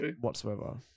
whatsoever